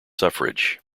suffrage